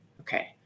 okay